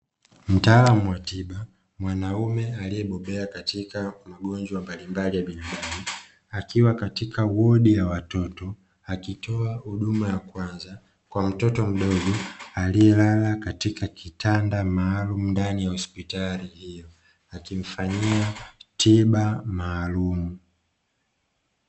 Mtaalamu wa tiba mwanaume aliyebobea katika magonjwa mbalimbali ya binadamu. Akiwa katika wodi ya watoto akitoa huduma ya kwanza kwa mtoto mdogo aliyelala katika kitanda maalumu ndani ya hospitali hiyo akimfanyia tiba maalumu.